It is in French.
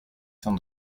tant